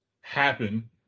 happen